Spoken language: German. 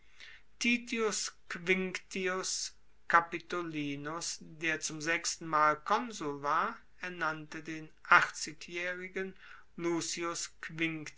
titus quinctius capitolinus der zum sechstenmal konsul war ernannte den achtzigjaehrigen